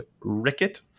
Ricket